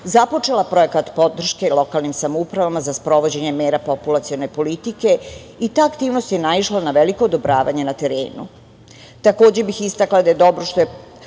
započela projekat podrške lokalnim samoupravama za sprovođenje mera populacione politike i ta aktivnost je naišla na veliko odobravanje na terenu. Takođe bih istakla da je dobro što je,